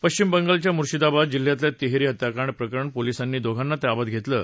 पश्चिम बंगालमधल्या मुर्शिदाबाद जिल्ह्यातल्या तिहेरी हत्याकांड प्रकरणी पोलिसांनी दोघांना ताब्यात घेतलं आहे